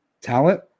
talent